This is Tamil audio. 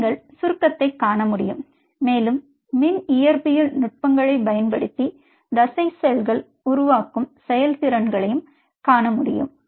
நீங்கள் சுருக்கத்தைக் காண முடியும் மேலும் மின் இயற்பியல் நுட்பங்களைப் பயன்படுத்தி தசை செல்கள் உருவாக்கும் செயல் திறன்களைக் காண முடியும்